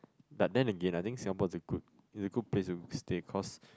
but then again I think Singapore is a good is a good place to stay cause